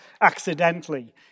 accidentally